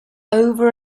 over